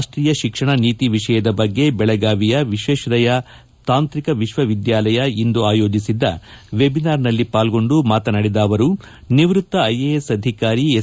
ರಾಷ್ಷೀಯ ಶಿಕ್ಷಣ ನೀತಿ ವಿಷಯದ ಬಗ್ಗೆ ಬೆಳಗಾವಿಯ ವಿಶ್ವೇಶ್ವರಯ್ಕ ತಾಂತ್ರಿಕ ವಿಶ್ವವಿದ್ಯಾಲಯ ಇಂದು ಆಯೋಜಿಸಿದ್ದ ವೆಬಿನಾರ್ನಲ್ಲಿ ಪಾಲ್ಗೊಂಡು ಮಾತನಾಡಿದ ಅವರು ನಿವೃತ್ತ ಐಎಎಸ್ ಅಧಿಕಾರಿ ಎಸ್